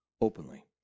openly